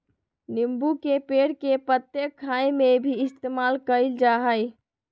नींबू के पेड़ के पत्ते खाय में भी इस्तेमाल कईल जा हइ